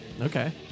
Okay